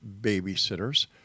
babysitters